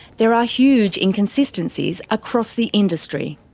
there are huge inconsistencies across the industry.